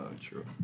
true